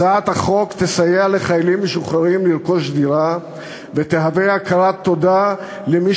הצעת החוק תסייע לחיילים משוחררים לרכוש דירה ותהווה הכרת תודה למי